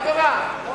מה קרה?